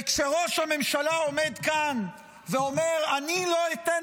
וכשראש הממשלה עומד כאן ואומר: אני לא אתן